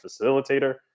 facilitator